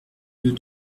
nous